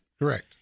Correct